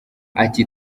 ati